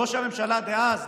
ראש הממשלה דאז,